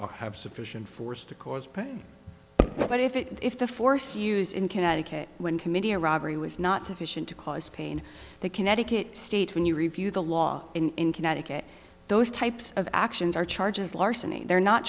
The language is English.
or have sufficient force to cause pain but if it if the force used in connecticut when committee a robbery was not sufficient to cause pain the connecticut states when you review the law in connecticut those types of actions are charges larceny they're not